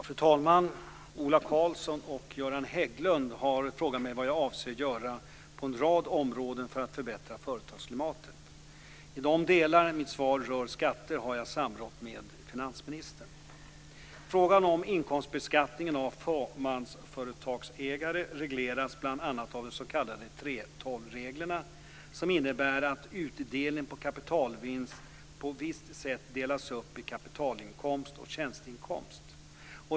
Fru talman! Ola Karlsson och Göran Hägglund har frågat mig vad jag avser göra på en rad områden för att förbättra företagsklimatet. I de delar mitt svar rör skatter har jag samrått med finansministern. Frågan om inkomstbeskattningen av fåmansföretagsägare regleras bl.a. av de s.k. 3:12-reglerna som innebär att utdelning på kapitalvinst på visst sätt delas upp i kapitalinkomst och tjänsteinkomst.